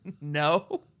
No